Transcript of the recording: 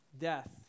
Death